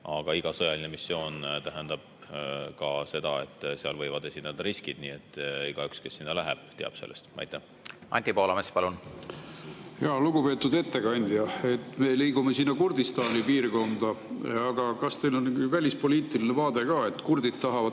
Aga iga sõjaline missioon tähendab ka seda, et seal võivad esineda riskid. Igaüks, kes sinna läheb, teab sellest. Anti Poolamets, palun! Lugupeetud ettekandja! Me liigume sinna Kurdistani piirkonda, aga kas teil on välispoliitiline vaade ka? Kurdid tahavad